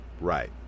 Right